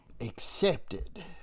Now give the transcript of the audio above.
accepted